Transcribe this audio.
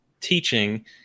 teaching